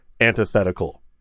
antithetical